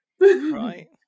Right